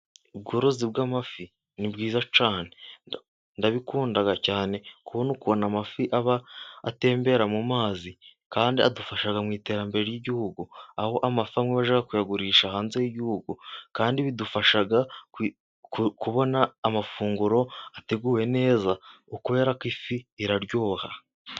Ubworozi bw'amafi ni bwiza cyane ndabikunda cyane kubona ukuntu amafi aba atembera mu mazi kandi adufasha mu iterambere ry'igihugu. Aho amafi amwe bajya kuyagurisha hanze y'igihugu kandi bidufasha kubona amafunguro ateguye neza ukubera ko ifi iraryoha.